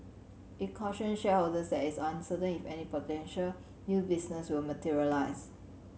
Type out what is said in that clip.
it cautioned shareholders that is uncertain if any potential new business will materialise